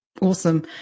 Awesome